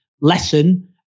lesson